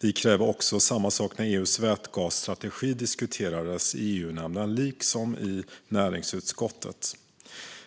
Vi krävde också samma sak när EU:s vätgasstrategi diskuterades i EU-nämnden liksom i näringsutskottet.